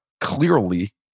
clearly